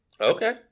Okay